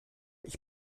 ich